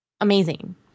amazing